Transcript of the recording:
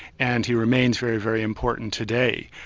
and he remains very, very important today.